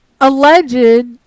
alleged